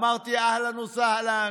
אמרתי: אהלן וסהלן.